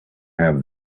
have